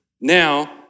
Now